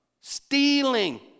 Stealing